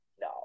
no